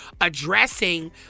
addressing